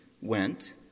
went